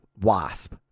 Wasp